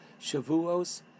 Shavuos